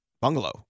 bungalow